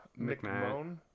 McMahon